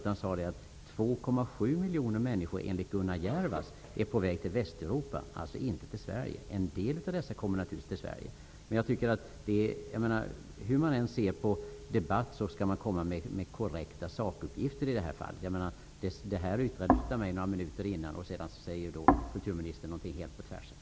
Jag sade att 2,7 miljoner människor, enligt Gunnar Jervas, är på väg till Västeuropa, alltså inte till Sverige. En del av dessa kommer naturligtvis till Sverige. Hur man än ser på debatten skall man komma med korrekta sakuppgifter. Detta yttrades av mig några minuter innan kulturministern säger något som går tvärtemot.